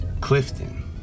Clifton